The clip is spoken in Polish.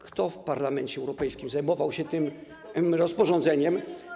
Kto w Parlamencie Europejskim zajmował się tym rozporządzeniem?